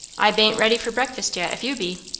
i b'ain't ready for breakfast yet, if you be.